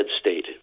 state